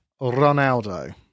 Ronaldo